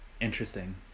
interesting